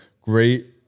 Great